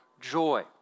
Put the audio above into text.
joy